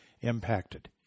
impacted